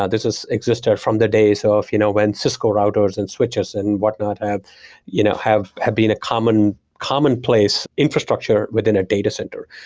ah this has existed from the days so of you know when cisco routers and switches and whatnot have you know have been a common common place infrastructure within a data center.